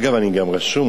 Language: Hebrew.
אגב, אני גם רשום.